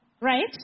right